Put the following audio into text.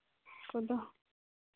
ᱠᱚᱫᱚ